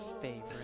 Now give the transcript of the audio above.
favorite